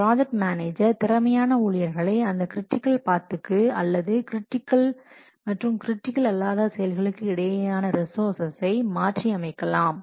project manager திறமையான ஊழியர்களை அந்த கிரிட்டிக்கல் பாத்க்கு அல்லது கிரிட்டிக்கல் மற்றும் கிரிட்டிக்கல் அல்லாத செயல்களுக்கு இடையேயான ரிசோர்ஸை மாற்றி அமைக்கலாம்